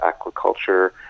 Aquaculture